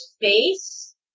face